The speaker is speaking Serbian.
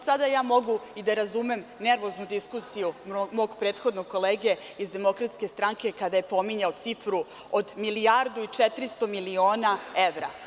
Sada ja mogu i da razumem nervoznu diskusiju mog prethodnog kolege iz Demokratske stranke kada je pominjao cifru od milijardu i 400 miliona evra.